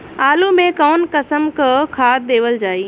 आलू मे कऊन कसमक खाद देवल जाई?